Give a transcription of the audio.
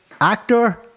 actor